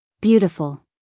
Beautiful